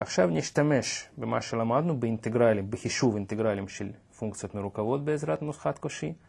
עכשיו נשתמש במה שלמדנו, באינטגרלים, בחישוב אינטגרלים של פונקציות מרוכבות בעזרת נוסחת קושי.